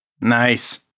Nice